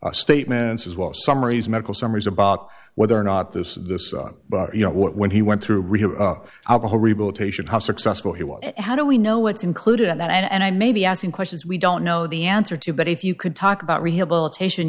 of statements as well summaries medical summaries about whether or not this the son but you know what when he went through alcohol rehabilitation how successful he was how do we know what's included in that and i may be asking questions we don't know the answer to but if you could talk about rehabilitation